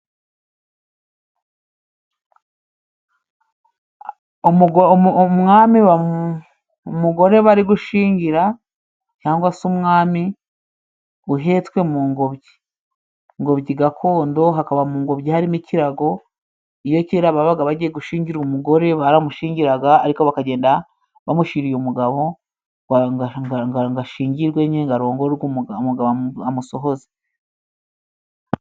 Umwami, umugore bari gushyingira cyangwa se umwami uhetswe mu ngobyi. Ingobyi gakondo hakaba mu ngobyi harimo ikirago. Iyo kera babaga bagiye gushyingira umugore, baramushyingiraga ariko bakagenda bamushyiriye umugabo, ngo ashingirwe nyine arongorwe. Umugabo amusohoze.